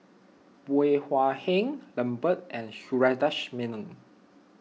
Bey Hua Heng Lambert and Sundaresh Menon